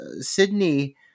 Sydney